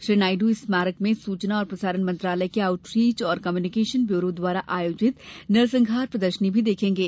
श्री नायडू इस स्मारक में सूचना और प्रसारण मंत्रालय के आउटरीच और कम्युनिकेशन ब्यूरो द्वारा आयोजित नरसंहार प्रदर्शनी भी देखेंगे